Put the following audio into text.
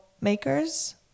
makers